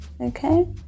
okay